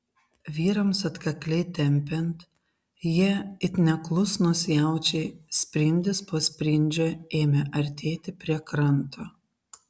vyrams atkakliai tempiant jie it neklusnūs jaučiai sprindis po sprindžio ėmė artėti prie kranto